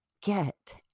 get